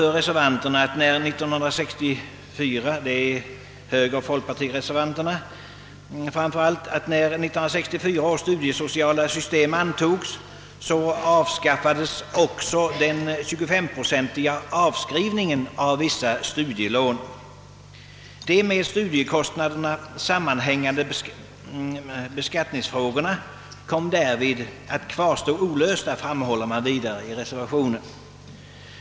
Reservanterna, framför allt högeroch folkpartireservanterna, anför att när 1964 års studiesociala system antogs avskaffades också den 25-procentiga avskrivningen av vissa studielån. De med studiekostnaderna sammanhängande beskattningsfrågorna kom därvid att kvarstå olösta, framhålles det i reservationen.